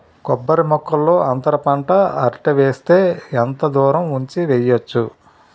కొబ్బరి మొక్కల్లో అంతర పంట అరటి వేస్తే ఎంత దూరం ఉంచి వెయ్యొచ్చు?